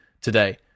today